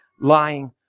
lying